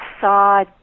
saw